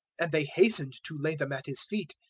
and they hastened to lay them at his feet.